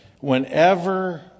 Whenever